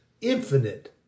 infinite